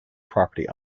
property